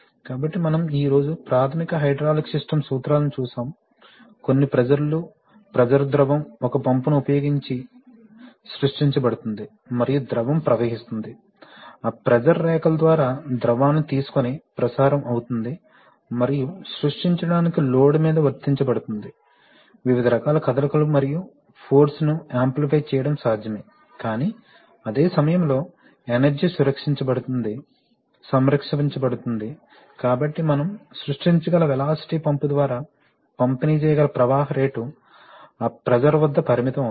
కాబట్టి మనం ఈ రోజు ప్రాథమిక హైడ్రాలిక్ సిస్టమ్ సూత్రాలను చూశాము కొన్ని ప్రెషర్ ళ్లు ప్రెషర్ ద్రవం ఒక పంపుని ఉపయోగించి సృష్టించబడుతుంది మరియు ద్రవం ప్రవహిస్తుంది ఆ ప్రెషర్ రేఖల ద్వారా ద్రవాన్ని తీసుకొని ప్రసారం అవుతుంది మరియు సృష్టించడానికి లోడ్ మీద వర్తించబడుతుంది వివిధ రకాల కదలికలు మరియు ఫోర్స్ ని ఆమ్ప్లిఫయ్ చేయడం సాధ్యమే కాని అదే సమయంలో ఎనర్జీ సంరక్షించబడుతుంది కాబట్టి మనం సృష్టించగల వెలాసిటీ పంపు ద్వారా పంపిణీ చేయగల ప్రవాహం రేటు ఆ ప్రెషర్ వద్ద పరిమితం అవుతుంది